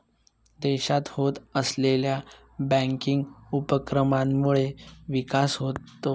देशात होत असलेल्या बँकिंग उपक्रमांमुळे विकास होतो